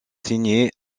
signés